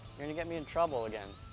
gonna get me in trouble again.